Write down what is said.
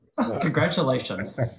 Congratulations